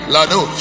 Lado